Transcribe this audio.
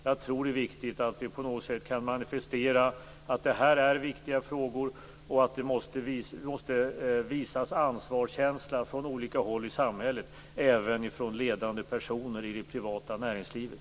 Jag tror att det är viktigt att vi på något sätt kan manifestera att det här är viktiga frågor och att ansvarskänsla måste visas från olika håll i samhället, även från ledande personer i det privata näringslivet.